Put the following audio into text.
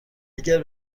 اگر